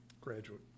graduate